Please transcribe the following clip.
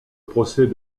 procès